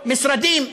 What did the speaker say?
משרדים,